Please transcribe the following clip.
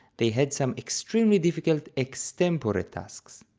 they had some extremely difficult ex tempore tasks.